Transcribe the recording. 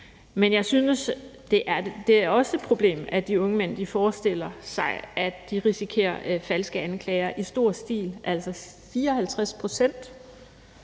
Men jeg synes også, det er et problem, at de unge mænd forestiller sig, at de risikerer falske anklager i stor stil. Altså, 54 pct.